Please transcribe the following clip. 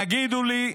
תגידו לי,